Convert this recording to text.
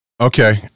okay